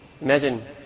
Imagine